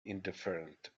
indifferent